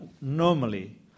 normally